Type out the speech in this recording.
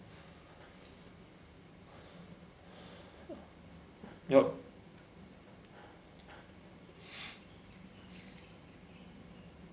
yup